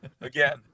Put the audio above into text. again